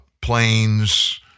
planes